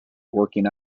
working